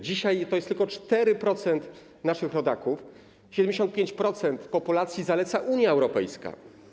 Dzisiaj to jest tylko 4% naszych rodaków, a 75% populacji zaleca Unia Europejska.